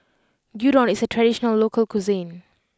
Gyudon is a traditional local cuisine